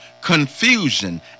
confusion